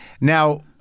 Now